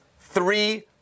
three